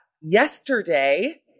yesterday